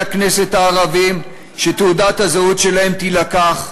הכנסת הערבים שתעודת הזהות שלהם תילקח,